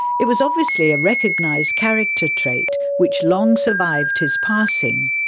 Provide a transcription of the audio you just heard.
it was obviously a recognised character trait which long survived his passing.